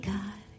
God